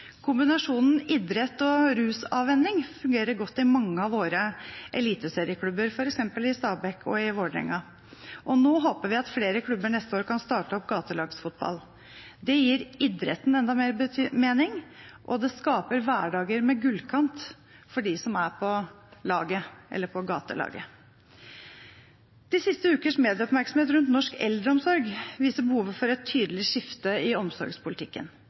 Kombinasjonen idrett og rusavvenning fungerer godt i mange av våre eliteserieklubber, f.eks. i Stabæk og i Vålerenga. Nå håper vi at flere klubber neste år kan starte opp gatelagsfotball. Det gir idretten enda mer mening, og det skaper hverdager med gullkant for dem som er på gatelaget. De siste ukers medieoppmerksomhet rundt norsk eldreomsorg viser behovet for et tydelig skifte i omsorgspolitikken.